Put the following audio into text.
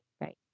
right